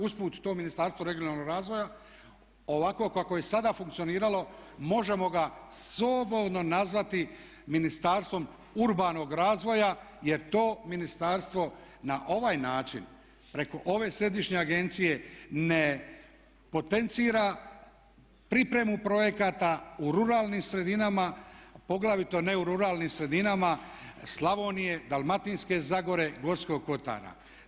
Usput to Ministarstvo regionalnog razvoja ovako kako je sada funkcioniralo možemo ga slobodno nazvati Ministarstvom urbanog razvoja jer to ministarstvo na ovaj način preko ove središnje agencije ne potencira pripremu projekata u ruralnim sredinama, poglavito ne u ruralnim sredinama Slavonije, Dalmatinske zagore, Gorskog kotara.